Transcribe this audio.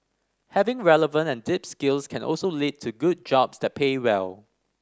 having relevant and deep skills can also lead to good jobs that pay well